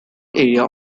area